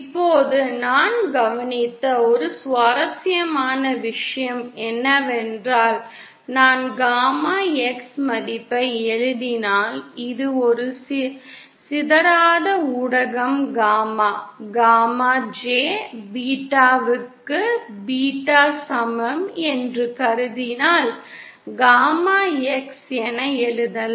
இப்போது நான் கவனித்த ஒரு சுவாரஸ்யமான விஷயம் என்னவென்றால் நான் காமா X மதிப்பை எழுதினால் இது ஒரு சிதறாத ஊடகம் காமா j பீட்டாவுக்கு சமம் என்று கருதினால் காமா X என எழுதலாம்